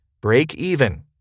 Break-even